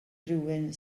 rywun